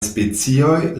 specioj